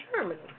Germany